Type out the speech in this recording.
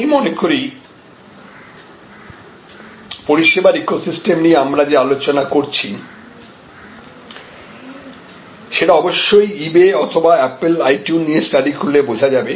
আমি মনে করি পরিষেবার ইকোসিস্টেম নিয়ে আমরা যে আলোচনা করছি সেটা অবশ্যই ইবে অথবা অ্যাপল আইটিউন নিয়ে স্টাডি করলে বোঝা যাবে